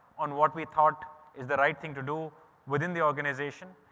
on what we thought is the right thing to do within the organisation,